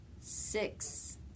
six